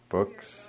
Books